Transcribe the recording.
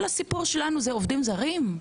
כל הסיפור שלנו זה עובדים זרים?